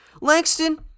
Langston